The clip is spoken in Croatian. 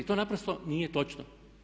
To naprosto nije točno.